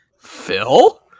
Phil